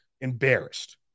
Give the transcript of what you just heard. embarrassed